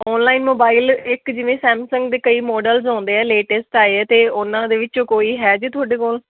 online mobile ਇੱਕ ਜਿਵੇਂ Samsung ਦੇ ਕਈ ਮੋਡਲਸ ਆਉਂਦੇ ਹੈ ਲੇਟੈਸਟ ਆਏ ਹੈ ਅਤੇ ਉਹਨਾਂ ਦੇ ਵਿੱਚੋਂ ਕੋਈ ਹੈ ਜੀ ਤੁਹਾਡੇ ਕੋਲ